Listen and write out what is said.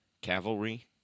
Cavalry